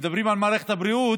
כשמדברים על מערכת הבריאות,